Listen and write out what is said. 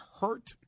hurt